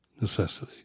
necessity